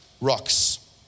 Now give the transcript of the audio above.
rocks